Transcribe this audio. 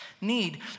need